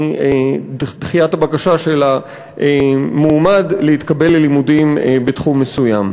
של בקשת המועמד להתקבל ללימודים בתחום מסוים.